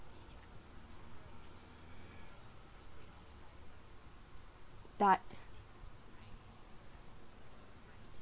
that